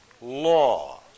law